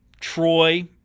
Troy –